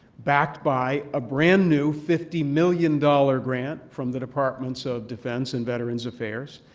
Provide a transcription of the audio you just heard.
backed by a brand-new fifty million dollars grant from the departments of defense and veterans affairs.